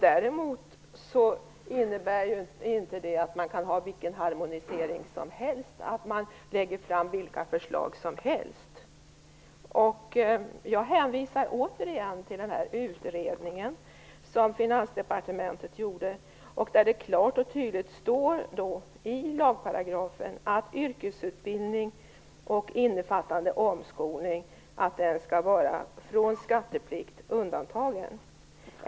Det innebär däremot inte att man kan göra vilken harmonisering som helst och lägga fram vilka förslag som helst. Jag hänvisar återigen till den utredning som Finansdepartementet gjorde. I lagparagrafen står det klart och tydligt att yrkesutbildning innefattande omskolning skall vara undantagen från skatteplikt.